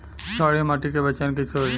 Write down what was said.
क्षारीय माटी के पहचान कैसे होई?